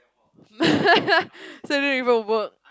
so I don't even work